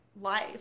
life